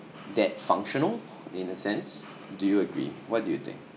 that functional in a sense do you agree what do you think